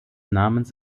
namens